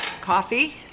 Coffee